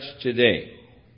today